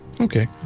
Okay